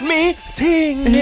Meeting